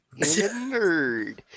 nerd